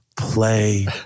Play